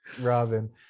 Robin